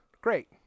Great